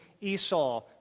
Esau